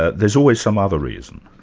ah there's always some other reason.